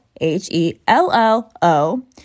H-E-L-L-O